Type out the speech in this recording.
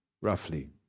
roughly